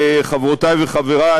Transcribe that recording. חברותי וחברי,